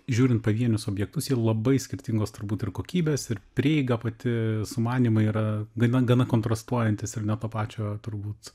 žiūrint pavienius objektus jie labai skirtingos turbūt ir kokybės ir prieiga pati sumanymai yra gana gana kontrastuojantys ir ne to pačio turbūt